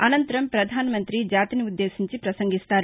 అనంతరం ప్రధానమంత్రి జాతిని ఉద్దేశించి ప్రసంగిస్తారు